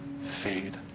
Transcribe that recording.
fade